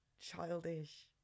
childish